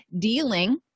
dealing